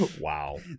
Wow